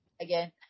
again